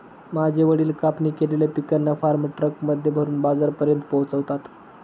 माझे वडील कापणी केलेल्या पिकांना फार्म ट्रक मध्ये भरून बाजारापर्यंत पोहोचवता